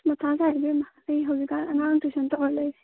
ꯃꯊꯥ ꯁꯥꯏ ꯏꯕꯦꯝꯃ ꯑꯩ ꯍꯧꯖꯤꯛ ꯀꯥꯟ ꯑꯉꯥꯡ ꯇ꯭ꯋꯤꯁꯟ ꯇꯧꯔꯒ ꯂꯩꯔꯤ